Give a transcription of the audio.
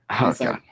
Okay